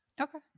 Okay